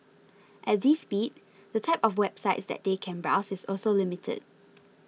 at this speed the type of websites that they can browse is also limited